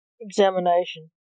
examination